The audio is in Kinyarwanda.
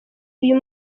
uyu